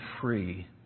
free